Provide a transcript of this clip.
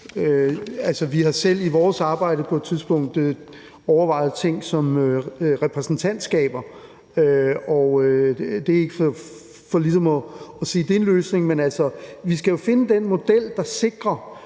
vi har selv i vores arbejde på et tidspunkt overvejet en ting som repræsentantskaber. Det er ikke for ligesom at sige, at det er en løsning, men vi skal jo finde den model, der sikrer,